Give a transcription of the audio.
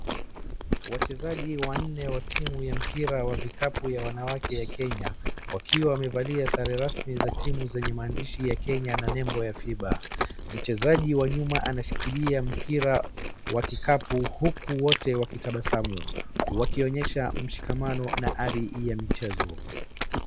Wachezaji wanne wa timu ya mpira wa vikapu ya wanawake ya Kenya wakiwa wamevalia sare zasmi za timu zenye maandishi ya Kenya na nembo ya FIBA, mmchezaji wa nyuma anashikilia mpira wa kikapu huku wote wakitabasamu wakionyesha mshikaano na ari ya michezo.